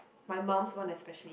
my mum's one especially